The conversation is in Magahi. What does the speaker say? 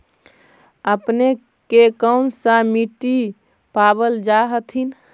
अपने के कौन सा मिट्टीया पाबल जा हखिन?